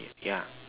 ya